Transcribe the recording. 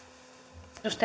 arvoisa